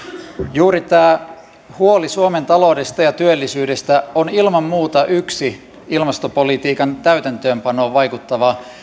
juuri tämä huoli suomen taloudesta ja työllisyydestä on ilman muuta yksi ilmastopolitiikan täytäntöönpanoon vaikuttava